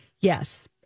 yes